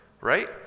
right